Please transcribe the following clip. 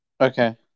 Okay